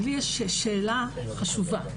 לי יש שאלה חשובה,